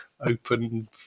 open